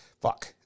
fuck